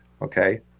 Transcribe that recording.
Okay